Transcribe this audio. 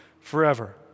forever